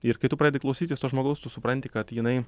ir kai tu pradedi klausytis to žmogaus tu supranti kad jinai